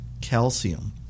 calcium